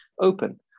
open